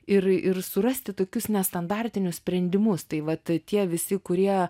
ir ir surasti tokius nestandartinius sprendimus tai vat tie visi kurie